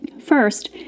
First